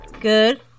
Good